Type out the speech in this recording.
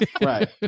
Right